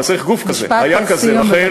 אבל צריך גוף כזה, היה גוף כזה: רח"ל,